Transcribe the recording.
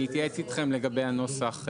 אני אתייעץ איתכם לגבי הנוסח,